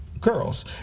Girls